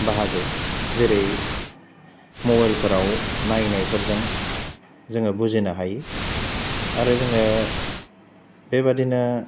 बाहगो जेरै मबाइलफोराव नायनायफोरजों जोङो बुजिनो हायो आरो जोङो बेबादिनो